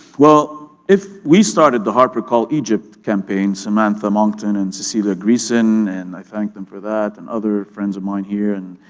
well, if we started the harpercallegypt campaign, samantha monckton, and cecilia greyson, and i thank them for that and other friends of mine here, and